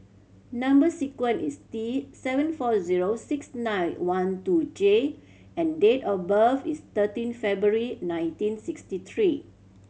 number sequence is T seven four zero six nine one two J and date of birth is thirteen February nineteen sixty three